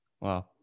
Wow